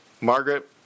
Margaret